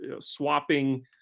swapping